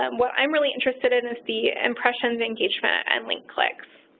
um what i'm really interested in is the impressions, engagement, and link clicks.